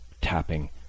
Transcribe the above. Tapping